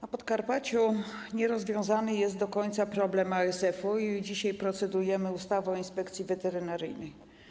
Na Podkarpaciu nierozwiązany jest do końca problem ASF-u i dzisiaj procedujemy nad ustawą o Inspekcji Weterynaryjnej.